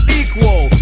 equal